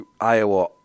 Iowa